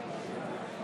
לוי,